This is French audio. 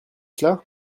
cela